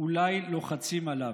אולי לוחצים עליו.